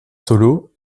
solo